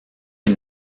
est